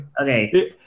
Okay